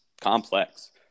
complex